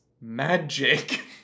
MAGIC